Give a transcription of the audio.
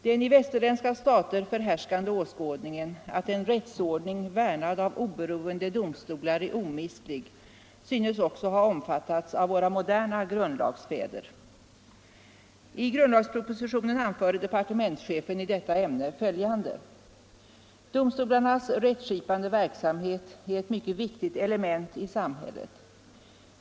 Den i västerländska stater förhärskande åskådningen att en rättsordning värnad av oberoende domstolar är omistlig synes också ha omfattats av våra moderna grundlagsfäder. I grundlagspropositionen anförde departementschefen i detta ämne följande: ”Domstolarnas rättsskipande verksamhet är ett mycket viktigt element i samhället.